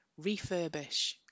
refurbish